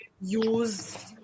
use